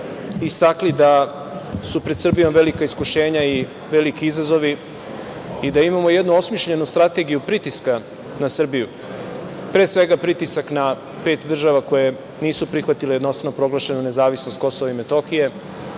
istakli da su pred Srbijom velika iskušenja i veliki zazovi i da imamo jednu osmišljenu strategiju pritiska na Srbiju. Pre svega, pritisak na pet država koje nisu prihvatile jednostavno proglašenu nezavisnost Kosova i Metohije.